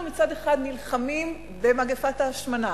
אנחנו מצד אחד נלחמים במגפת ההשמנה,